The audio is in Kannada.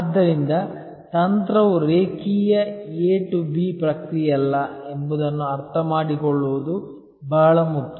ಆದ್ದರಿಂದ ತಂತ್ರವು ರೇಖೀಯ A ಟು B ಪ್ರಕ್ರಿಯೆಯಲ್ಲ ಎಂಬುದನ್ನು ಅರ್ಥಮಾಡಿಕೊಳ್ಳುವುದು ಬಹಳ ಮುಖ್ಯ